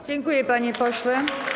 Dziękuję, panie pośle.